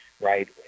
right